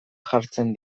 jartzen